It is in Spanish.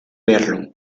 verlo